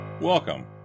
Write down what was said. Welcome